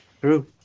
true